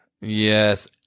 Yes